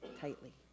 tightly